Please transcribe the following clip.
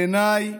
בעיניי,